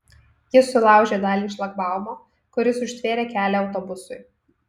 jis sulaužė dalį šlagbaumo kuris užtvėrė kelią autobusui